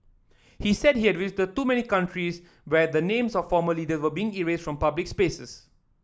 he said he had visited too many countries where the names of former leader were being erased from public places